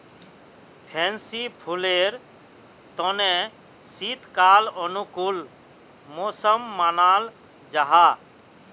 fancy फुलेर तने शीतकाल अनुकूल मौसम मानाल जाहा